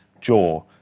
jaw